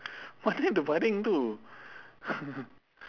mana ada baring itu